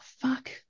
fuck